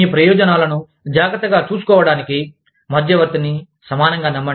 మీ ప్రయోజనాలను జాగ్రత్తగా చూసుకోవటానికి మధ్యవర్తిని సమానంగా నమ్మండి